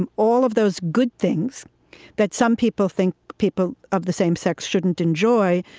and all of those good things that some people think people of the same sex shouldn't enjoy,